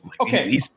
Okay